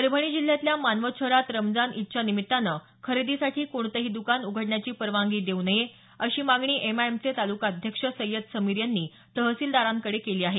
परभणी जिल्ह्यातल्या मानवत शहरात रमजान ईदच्या निमित्तानं खरेदीसाठी कोणतेही दकानं उघडण्याची परवानगी देऊ नये अशी मागणी एमआयएमचे तालुका अध्यक्ष सय्यद समीर यांनी तहसीलदारांकडे केली आहे